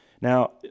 Now